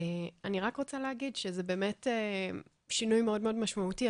אני רק רוצה להגיד שזה באמת שינוי מאד משמעותי,